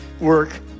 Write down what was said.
work